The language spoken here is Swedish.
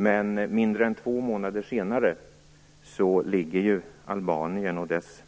Men mindre än två månader senare ligger Albanien och dess